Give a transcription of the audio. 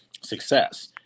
success